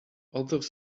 although